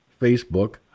Facebook